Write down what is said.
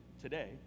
today